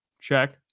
check